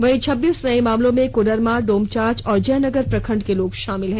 वहीं छब्बीस नए मामलों में कोडरमा डोमचांच और जयनगर प्रखंड के लोग शामिल हैं